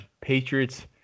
Patriots